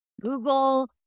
Google